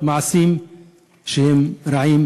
מעשים שהם רעים,